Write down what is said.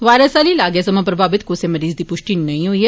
virus आली लागै सवां प्रभावित कुसै मरीज दी पृष्टी नेई होई ऐ